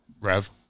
Rev